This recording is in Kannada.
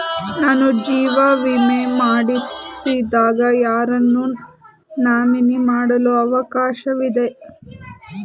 ನಾನು ಜೀವ ವಿಮೆ ಮಾಡಿಸಿದಾಗ ಯಾರನ್ನು ನಾಮಿನಿ ಮಾಡಲು ಅವಕಾಶವಿದೆ?